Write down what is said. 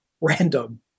random